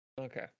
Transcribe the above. Okay